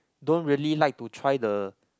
don't really like to try the